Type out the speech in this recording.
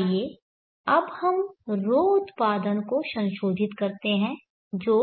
आइए अब हम इस ρ उत्पादन को संशोधित करते हैं जो